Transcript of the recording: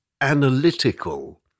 analytical